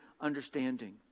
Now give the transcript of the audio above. understanding